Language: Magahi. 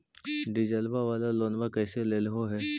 डीजलवा वाला लोनवा कैसे लेलहो हे?